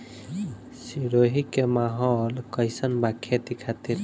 सिरोही के माहौल कईसन बा खेती खातिर?